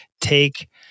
take